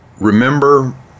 Remember